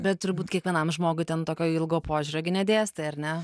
bet turbūt kiekvienam žmogui ten tokio ilgo požiūrio gi nedėstei ar ne